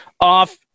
off